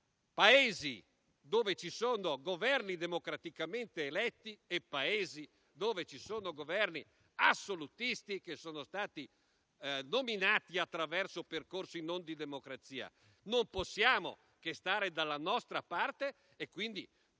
Paesi dove ci sono Governi democraticamente eletti e Paesi dove ci sono Governi assolutisti, che sono stati nominati attraverso percorsi non di democrazia. Non possiamo che stare dalla nostra parte e, quindi,